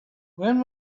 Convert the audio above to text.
when